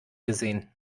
gesehen